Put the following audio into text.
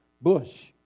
bush